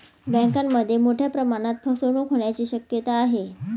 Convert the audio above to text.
बँकांमध्ये मोठ्या प्रमाणात फसवणूक होण्याची शक्यता आहे